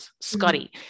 scotty